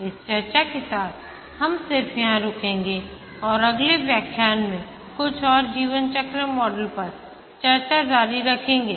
इस चर्चा के साथ हम सिर्फ यहाँ रुकेंगे और अगले व्याख्यान में कुछ और जीवन चक्र मॉडल पर चर्चा जारी रखेंगे